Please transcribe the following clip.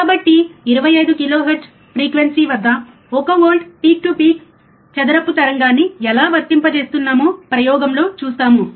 కాబట్టి 25 kilohertz frequency వద్ద 1 volt peak to peak చదరపు తరంగాన్ని ఎలా వర్తింపజేస్తున్నామో ప్రయోగంలో చూస్తాము